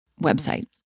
website